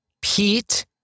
Pete